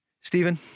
Stephen